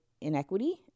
inequity